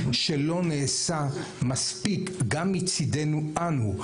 שלא נעשה מספיק גם מצדנו אנו,